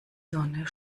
sonne